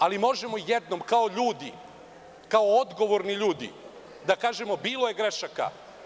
Ali, možemo jednom, kao ljudi, kao odgovorni ljudi da kažemo bilo je grešaka.